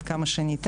עד כמה שניתן.